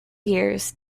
years